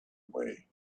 away